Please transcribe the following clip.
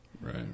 Right